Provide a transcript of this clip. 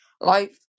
life